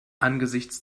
angesichts